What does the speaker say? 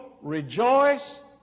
rejoice